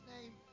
name